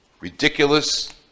ridiculous